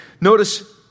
Notice